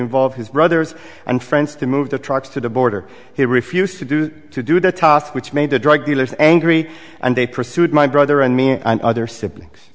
involve his brothers and friends to move the trucks to the border he refused to do to do the task which made the drug dealers angry and they pursued my brother and me and others si